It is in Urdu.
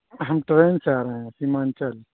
ہم ٹرین سے آ رہے ہیں سیمانچل